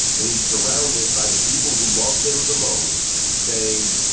and he's surrounded by the people who love him the most, saying,